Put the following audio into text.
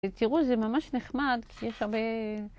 תראו, זה ממש נחמד, כי יש הרבה...